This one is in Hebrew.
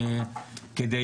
כדי